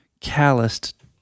calloused